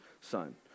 son